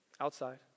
outside